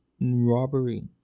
robbery